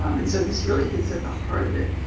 um and so this really hits at the heart of it.